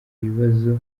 ikibazo